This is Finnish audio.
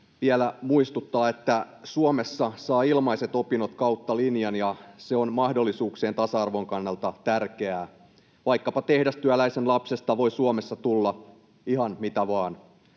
vielä muistuttaa, että Suomessa saa ilmaiset opinnot kautta linjan, ja se on mahdollisuuksien tasa-arvon kannalta tärkeää. Vaikkapa tehdastyöläisen lapsesta voi Suomessa tulla ihan mitä vain,